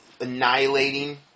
annihilating